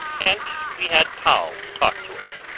and we had poll to talk to us.